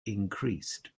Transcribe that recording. increased